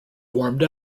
warmed